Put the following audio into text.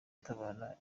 itabara